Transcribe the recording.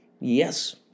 Yes